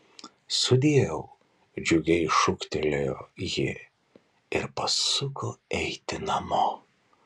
sudieu džiugiai šūktelėjo ji ir pasuko eiti namo